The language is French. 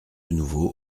nouveau